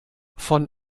von